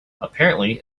apparently